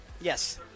Yes